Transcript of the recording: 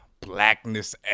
Blackness